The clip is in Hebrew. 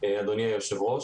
אדוני היושב-ראש.